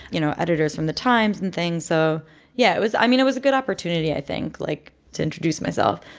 you know, editors from the times and things. so yeah, it was i mean, it was a good opportunity, i think, like, to introduce myself.